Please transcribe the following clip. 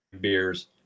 beers